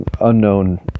unknown